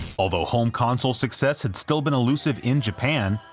although home console success had still been elusive in japan,